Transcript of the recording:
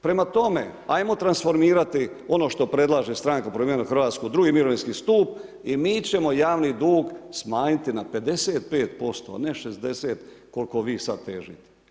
Prema tome, ajmo transformirati ono što predlaže Stranka Promijenimo Hrvatsku drugi mirovinski stup i mi ćemo javni dug smanjiti na 55% a ne na 60% kolko vi sad težite.